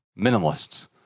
minimalists